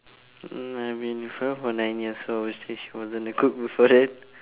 mm I've been with her for nine years so obviously she wasn't a cook before that